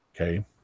Okay